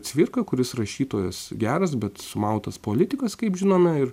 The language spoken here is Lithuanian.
cvirkai kuris rašytojas geras bet sumautas politikas kaip žinome ir